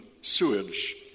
sewage